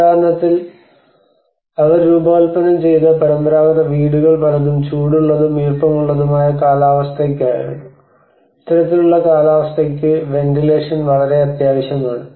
ഉദാഹരണത്തിന് അവർ രൂപകൽപ്പന ചെയ്ത പരമ്പരാഗത വീടുകൾ പലതും ചൂടുള്ളതും ഈർപ്പമുള്ളതുമായ കാലാവസ്ഥയ്ക്കായാണ് ഇത്തരത്തിലുള്ള കാലാവസ്ഥയ്ക്ക് വെന്റിലേഷൻ വളരെ അത്യാവശ്യമാണ്